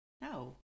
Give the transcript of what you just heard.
no